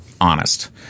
honest